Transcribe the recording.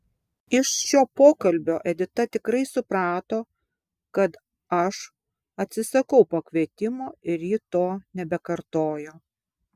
iš šio pokalbio edita tikrai suprato kad aš atsisakau pakvietimo ir ji to nebekartojo